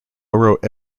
wrote